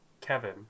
Kevin